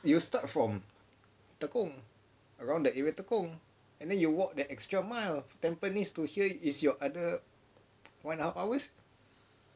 you start from tekong around the area tekong and then you walk that extra mile tampines to here is your other one and a half hours